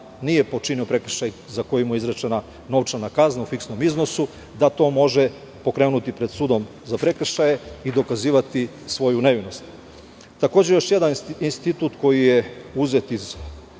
nije počinio prekršaj za koji mu je izrečena novčana kazna u fiksnom iznosu, da to može pokrenuti pred sudom za prekšaje i dokazivati svoju nevinost. Takođe, još jedan institut koji je uzet iz